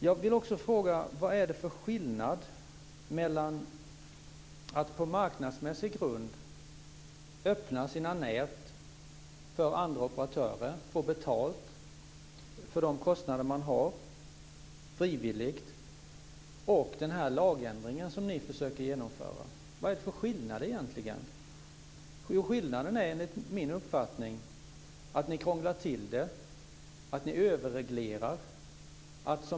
Jag vill också fråga vad det är för skillnad mellan att på marknadsmässig grund frivilligt öppna sina nät för andra operatörer och få betalt för de kostnader man har och den lagändring som ni försöker genomföra. Vad är det egentligen för skillnad? Skillnaden är, enligt min uppfattning, att ni krånglar till det och att ni överreglerar.